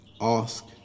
Ask